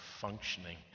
functioning